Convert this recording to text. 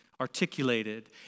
articulated